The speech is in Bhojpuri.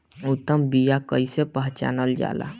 उत्तम बीया कईसे पहचानल जाला?